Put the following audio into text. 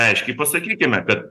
aiškiai pasakykime kad